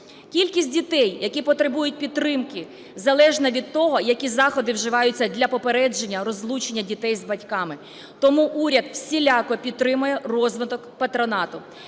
Кількість дітей, які потребують підтримки, залежно від того, які заходи вживаються для попередження розлучення дітей з батьками. Тому уряд всіляко підтримує розвиток патронату.